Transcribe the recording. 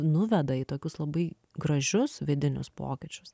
nuveda į tokius labai gražius vidinius pokyčius